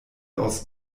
aus